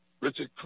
Richard